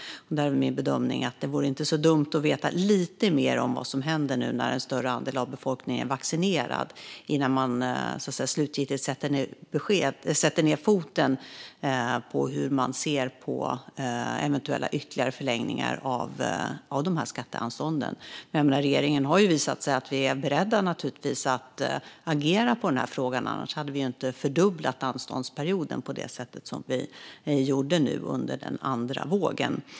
Det vore inte så dumt att veta vad som händer nu när en större andel av befolkningen är vaccinerad innan man slutgiltigt sätter ned foten om eventuella ytterligare förlängningar av skatteanstånden. Vi i regeringen har visat att vi är beredda att agera i frågan. Annars hade vi ju inte fördubblat anståndsperioden på det sätt som vi nu gjorde under den andra vågen.